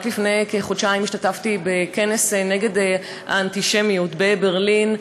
רק לפני חודשיים השתתפתי בכנס נגד האנטישמיות בברלין,